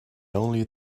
only